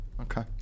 Okay